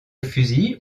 fusils